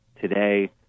today